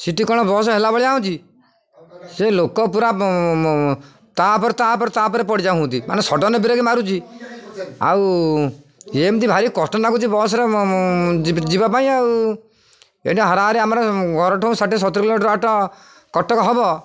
ସେଇଠି କ'ଣ ବସ୍ ହେଲା ଭଳି ଯାଉଛି ସେ ଲୋକ ପୁରା ତାପରେ ତାପରେ ତାପରେ ପଡ଼ିଯାଉଛନ୍ତି ମାନେ ସଡନ୍ ବ୍ରେକ୍ ମାରୁଛି ଆଉ ଏମିତି ଭାରି କଷ୍ଟ ଲାଗୁଚଛି ବସରେ ଯିବା ପାଇଁ ଆଉ ଏଇଠି ହାରାହାରି ଆମର ଘରଠୁ ଷାଠିଏ ସତୁରୀ କିଲୋମିଟର ବାଟ କଟକ ହେବ